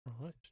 Right